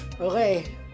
okay